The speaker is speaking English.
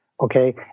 Okay